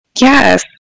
Yes